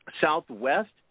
Southwest